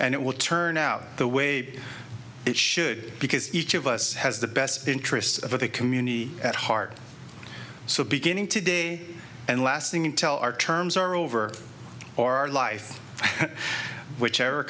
and it will turn out the way it should because each of us has the best interests of the community at heart so beginning today and lasting until our terms are over or life whichever